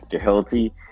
healthy